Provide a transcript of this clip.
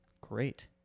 Great